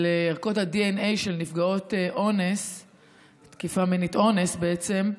ערכות הדנ"א של נפגעות תקיפה מינית, אונס, בעצם.